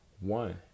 One